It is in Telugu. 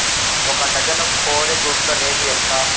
ఒక డజను కోడి గుడ్ల రేటు ఎంత?